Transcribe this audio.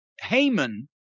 Haman